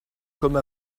comme